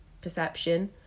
perception